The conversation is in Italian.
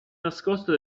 nascosta